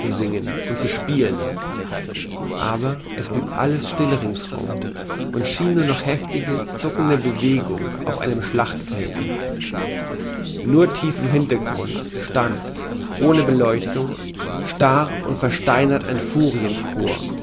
singen und zu spielen aber es blieb alles still ringsum und schien nur noch heftige zuckende bewegung auf einem schlachtfelde nur tief im hintergrunde stand ohne beleuchtung starr und versteinert ein